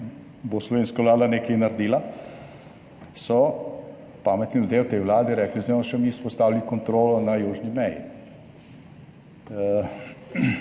bo slovenska Vlada nekaj naredila, so pametni ljudje v tej Vladi rekli, zdaj bomo še mi vzpostavili kontrolo na južni meji.